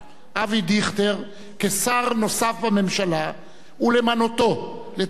אבי דיכטר כשר נוסף בממשלה ולמנותו לתפקיד